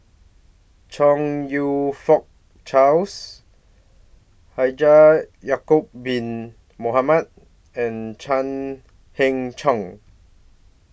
Chong YOU Fook Charles Haji Ya'Acob Bin Mohamed and Chan Heng Chee